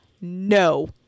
no